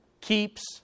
keeps